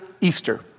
Easter